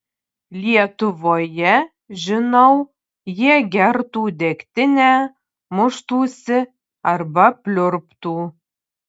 lietuvoje žinau jie gertų degtinę muštųsi arba pliurptų